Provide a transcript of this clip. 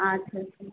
আচ্ছা আচ্ছা আচ্ছা